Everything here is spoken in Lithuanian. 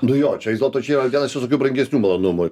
nu jo čia vis dėlto čia yra vienas iš tokių brangesnių malonumų